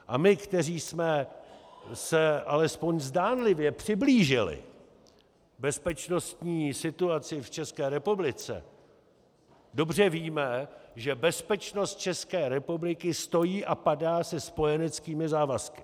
A my, kteří jsme se aspoň zdánlivě přiblížili bezpečnostní situaci v České republice, dobře víme, že bezpečnost České republiky stojí a padá se spojeneckými závazky.